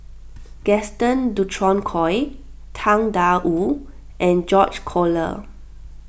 Gaston Dutronquoy Tang Da Wu and George Collyer